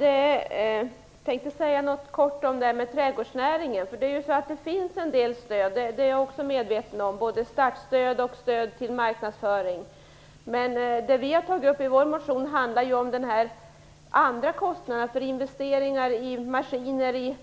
Herr talman! Jag skall kort säga något om trädgårdsnäringen. Jag är medveten om att det finns en del stöd, både startstöd och stöd till marknadsföring. Men det som vi har tagit upp i vår motion handlar om andra kostnader - kostnader för investeringar i maskiner,